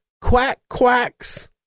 quack-quacks